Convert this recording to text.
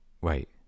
Wait